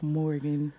morgan